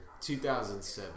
2007